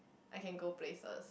I can go places